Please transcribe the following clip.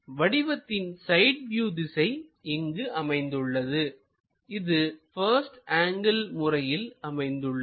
வடிவத்தின் side view திசை இங்கு அமைந்துள்ளது இது பஸ்ட் ஆங்கிள் முறையில் அமைந்துள்ளது